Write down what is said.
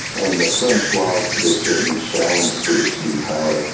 and the french, while they certainly challenged british sea power,